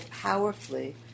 powerfully